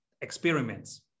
experiments